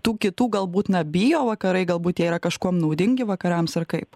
tų kitų galbūt na bijo vakarai galbūt jie yra kažkuom naudingi vakarams ar kaip